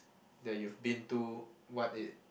that you've been to what it